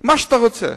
מה שאתה רוצה.